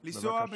בבקשה.